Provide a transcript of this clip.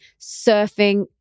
surfing